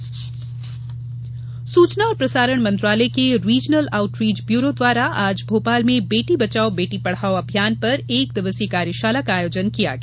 बेटी बचाओ कार्यशाला सूचना और प्रसारण मंत्रालय के रीजनल आउटरीच ब्यूरो द्वारा आज भोपाल में बेटी बचाओ बेटी पढ़ाओ अभियान पर एक दिवसीय कार्यशाला का आयोजन किया गया